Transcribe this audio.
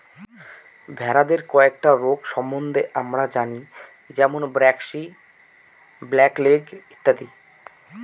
ভেড়াদের কয়েকটা রোগ সম্বন্ধে আমরা জানি যেমন ব্র্যাক্সি, ব্ল্যাক লেগ ইত্যাদি